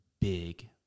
big